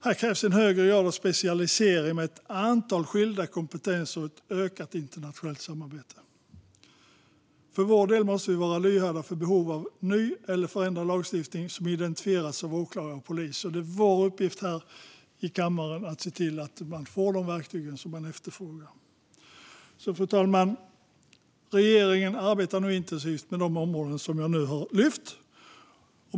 Här krävs en högre grad av specialisering med ett antal skilda kompetenser och ökat internationellt samarbete. För vår del måste vi vara lyhörda för behov av ny eller förändrad lagstiftning som identifierats av åklagare och polis. Det är vår uppgift i kammaren att se till att de får de verktyg de efterfrågar. Fru talman! Regeringen arbetar nu intensivt med de områden jag nu har lyft fram.